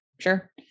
Sure